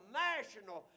national